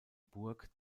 burg